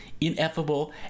ineffable